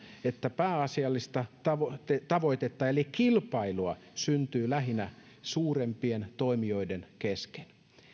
että pääasiallista tavoitetta tavoitetta eli kilpailua syntyy lähinnä suurempien toimijoiden kesken